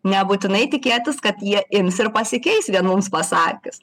nebūtinai tikėtis kad jie ims ir pasikeis vien mums pasakius